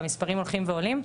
והמספרים הולכים ועולים,